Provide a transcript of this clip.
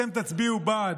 אתם תצביעו בעד.